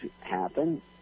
happen